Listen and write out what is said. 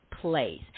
place